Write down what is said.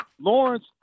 Lawrence